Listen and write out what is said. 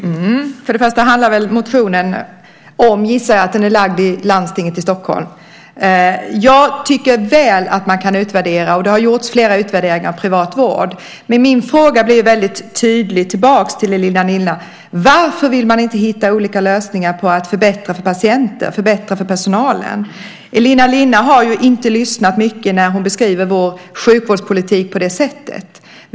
Herr talman! Först och främst är väl motionen, gissar jag, lagd i landstinget i Stockholm. Jag tycker mycket väl att man kan utvärdera, och det har gjorts flera utvärderingar av privat vård. Min fråga blir väldigt tydlig tillbaks till Elina Linna. Varför vill man inte hitta olika lösningar på att förbättra för patienter och för personalen? Elina Linna har inte lyssnat mycket när hon beskriver vår sjukvårdspolitik på det sättet.